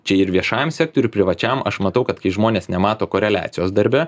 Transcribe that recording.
čia ir viešajam sektoriui privačiam aš matau kad kai žmonės nemato koreliacijos darbe